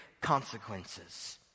consequences